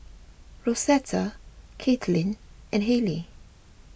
Rosetta Kaitlyn and Halle